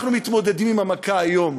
אנחנו מתמודדים עם המכה היום.